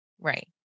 Right